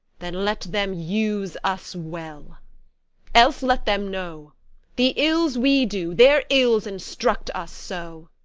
then let them use us well else let them know the ills we do their ills instruct us so.